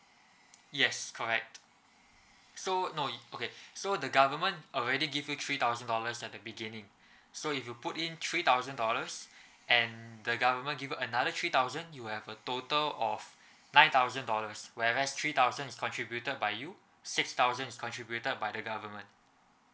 yes correct so no okay so the government already give you three thousand dollars at the beginning so if you put in three thousand dollars and the government give another three thousand you have a total of nine thousand dollars whereas three thousand is contributed by you six thousands is contributed by the government